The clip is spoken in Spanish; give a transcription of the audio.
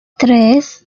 tres